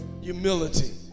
humility